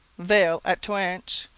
viel at toanche,